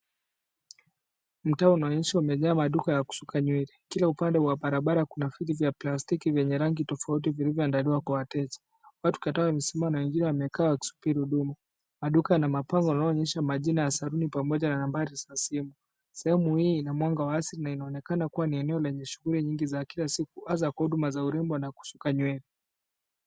Mtaa unaonyesha umejaa maduka ya kusuka nywele. Kila upande wa barabara kuna viti vya plastiki vyenye rangi tofauti vilivyoandaliwa kwa wateja. Watu kadhaa wamesimama na wengine wamekaa wakisubiri huduma. Maduka yana mapazo yanayoonyesha majina ya saluni pamoja na nambari za simu. Sehemu hii ina mwanga wa asili na inaonekana kuwa ni eneo lenye shughuli nyingi za kila siku hasa kwa huduma za urembo na kusuka nywele.